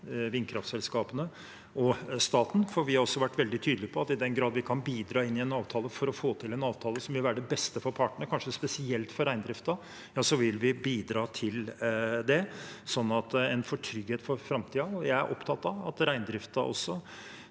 vindkraftselskapene og staten. Vi har vært veldig tydelige på at i den grad vi kan bidra til å få til en avtale som vil være til det beste for partene – kanskje spesielt for reindriften – vil vi gjøre det, slik at en får trygghet for framtiden. Jeg er opptatt av at reindriften,